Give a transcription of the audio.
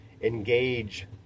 engage